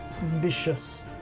vicious